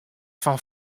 fan